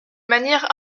manière